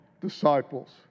disciples